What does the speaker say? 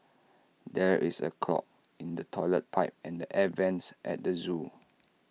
there is A clog in the Toilet Pipe and the air Vents at the Zoo